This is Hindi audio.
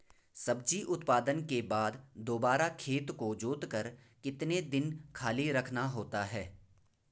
सब्जी उत्पादन के बाद दोबारा खेत को जोतकर कितने दिन खाली रखना होता है?